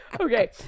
okay